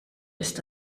ist